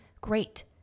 great